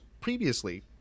previously